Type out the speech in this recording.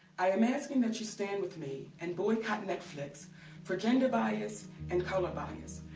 i am asking that you stand with me and boycott netflix for gender bias and color bias.